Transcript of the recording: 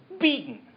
beaten